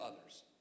others